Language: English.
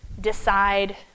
decide